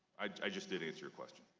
i just did answer your question.